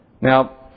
Now